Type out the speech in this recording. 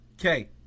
Okay